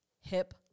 Hip